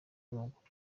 w’amaguru